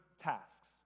tasks